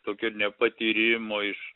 tokio nepatyrimo iš